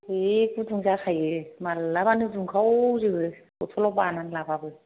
जि गुदुं जाखायो मालाबानो दुंखावजोबो बथ'लाव बाना लाबाबो